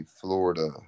Florida